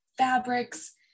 Fabrics